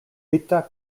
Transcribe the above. vita